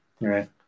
right